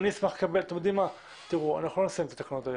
אנחנו לא נסיים היום את התקנות,